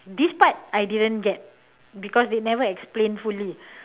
this part I didn't get because they never explained fully